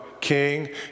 king